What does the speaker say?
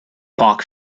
park